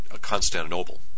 Constantinople